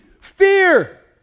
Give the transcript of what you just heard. fear